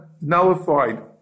nullified